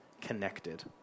connected